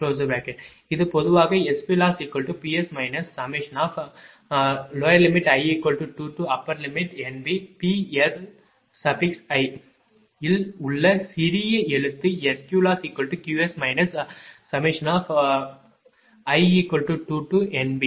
இது பொதுவாக SPLossPs i2NBPLiயில் உள்ள சிறிய எழுத்து SQLossQs i2NBQLi